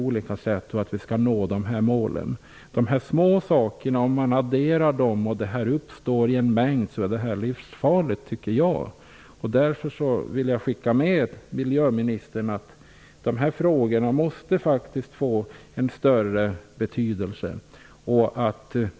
Om man adderar de små sakerna och får en stor mängd blir effekterna livsfarliga. Därför vill jag skicka med miljöministern uppmaningen att se till att de här frågorna får större betydelse.